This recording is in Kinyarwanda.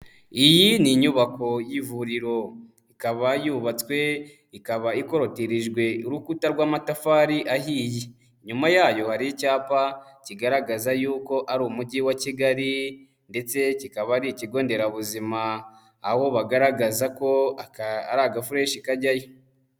Iyi ni inyubako y'ivuriro, ikaba yubatswe, ikaba ikorotirijwe urukuta rw'amatafari ahiye, inyuma yayo hari icyapa kigaragaza yuko ari umujyi wa Kigali ndetse kikaba ari ikigo nderabuzima, aho bagaragaza ko aka ari agafureshi kajyayo.